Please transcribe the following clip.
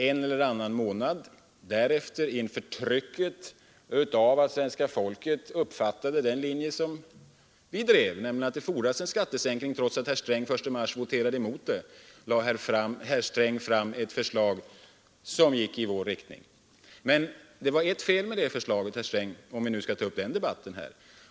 En eller annan månad därefter, inför trycket av att svenska folket uppfattade den linje som vi drev, nämligen att det fordrades en skattesänkning, och trots att herr Sträng den 1 mars voterat emot en sådan, lade herr Sträng fram ett förslag som gick i samma riktning som vårt. Men, herr Sträng, det var ett fel med det förslaget om vi nu skall ta upp den debatten igen.